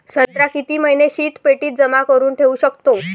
संत्रा किती महिने शीतपेटीत जमा करुन ठेऊ शकतो?